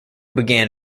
began